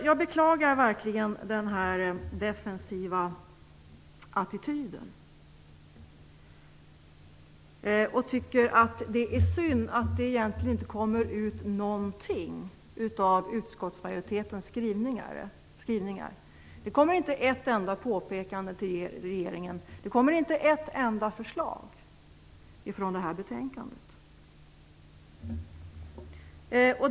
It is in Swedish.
Jag beklagar verkligen den defensiva attityden, och jag tycker att det är synd att det egentligen inte kommer ut någonting av utskottsmajoritetens skrivningar. Det finns inte ett enda påpekande till regeringen och inte ett enda förslag i betänkandet.